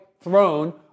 throne